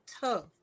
tough